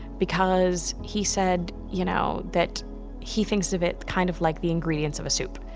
because he said you know that he thinks of it kind of like the ingredients of soup.